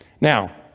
Now